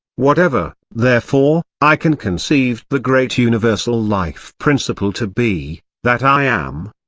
whatever, therefore, i can conceive the great universal life principle to be, that i am.